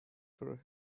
for